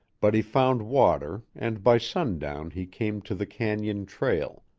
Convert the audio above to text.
but he found water and by sundown he came to the canon trail.